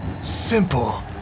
simple